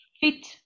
fit